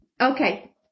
okay